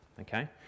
okay